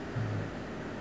hmm